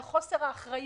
על חוסר אחריות,